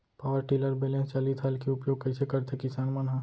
Power tiller बैलेंस चालित हल के उपयोग कइसे करथें किसान मन ह?